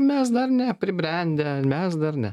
mes dar nepribrendę mes dar ne